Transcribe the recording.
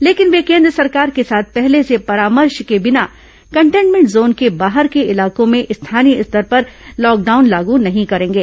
लेकिन वे केन्द्र सरकार के साथ पहले से परामर्श के बिना कन्टेनमेंट जोन के बाहर के इलाकों में स्थानीय स्तर पर लॉकडाउन लागू नहीं करेंगे